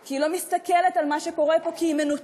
כי היא לא מסתכלת על מה שקורה פה, כי היא מנותקת.